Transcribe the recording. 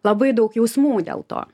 labai daug jausmų dėl to